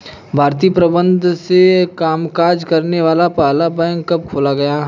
भारतीय प्रबंधन से कामकाज करने वाला पहला बैंक कब खोला गया?